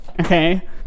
Okay